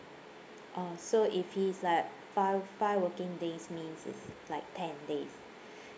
orh so if he's like five five working days means it's like ten days